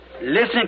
Listen